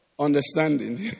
Understanding